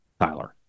Tyler